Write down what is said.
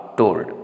told